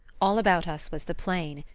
all about us was the plain,